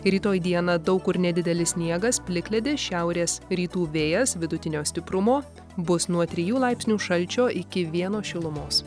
rytoj dieną daug kur nedidelis sniegas plikledis šiaurės rytų vėjas vidutinio stiprumo bus nuo trijų laipsnių šalčio iki vieno šilumos